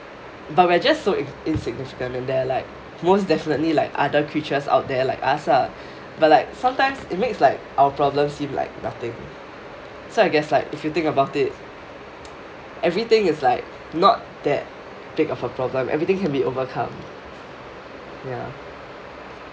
but we are just so in~ insignificant and there are like most definitely like other creatures out there like us uh but like sometimes it makes like our problem seem like nothing so I guess like if you think about it everything is like not that big of the problem everything can be overcome ya